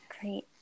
Great